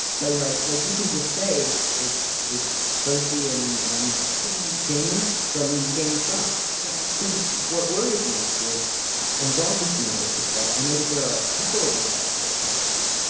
so right. like you can just say it's it's it's searcy and and jamie jamie from game of thrones. yeah because what worries me is i'm broadly familiar with the show. i know that there are a couple of incestuous couples.